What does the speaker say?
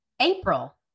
April